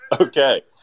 Okay